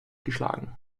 geschlagen